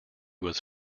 was